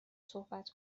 صحبت